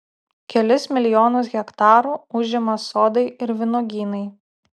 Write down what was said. kelis milijonus hektarų užima sodai ir vynuogynai